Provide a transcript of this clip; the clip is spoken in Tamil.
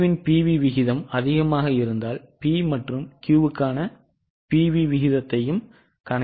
Q இன் PV விகிதம் அதிகமாக இருந்தால் P மற்றும் Qவுக்கான PV விகிதத்தையும் கணக்கிடுங்கள்